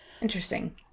Interesting